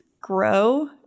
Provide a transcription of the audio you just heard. grow